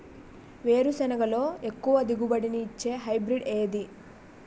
వేరుసెనగ లో ఎక్కువ దిగుబడి నీ ఇచ్చే హైబ్రిడ్ ఏది?